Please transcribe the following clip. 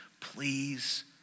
Please